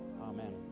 Amen